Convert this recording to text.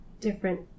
different